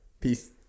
peace